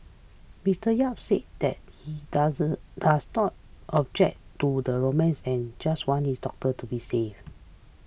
Mister Yap said that he does does not object to the romance and just wants his doctor to be safe